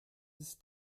ist